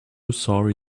sorry